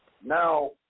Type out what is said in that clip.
Now